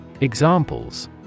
Examples